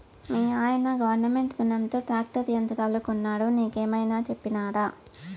మీయన్న గవర్నమెంట్ రునంతో ట్రాక్టర్ యంత్రాలు కొన్నాడు నీకేమైనా చెప్పినాడా